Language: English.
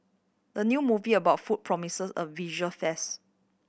the new movie about food promises a visual fest